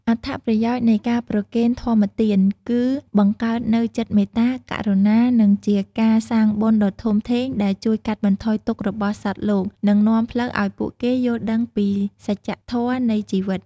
អត្ថប្រយោជន៍ នៃការប្រគេនធម្មទានគឺបង្កើតនូវចិត្តមេត្តា ករុណា និងជាការសាងបុណ្យដ៏ធំធេងដែលជួយកាត់បន្ថយទុក្ខរបស់សត្វលោក និងនាំផ្លូវឲ្យពួកគេយល់ដឹងពីសច្ចធម៌នៃជីវិត។